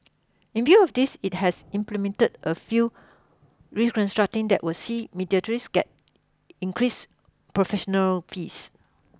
in view of this it has implemented a feel reconstructing that will see mediators get increased professional fees